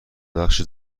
بخش